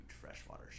freshwater